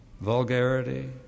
vulgarity